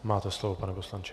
Máte slovo, pane poslanče.